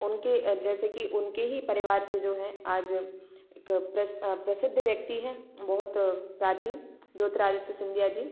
उनके जैसे कि उनके ही परिवार से जो है आज एक प्रसिद्ध व्यक्ति हैं बहुत प्राचीन ज्योतिरादित्य सिंधिया जी